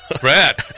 Brad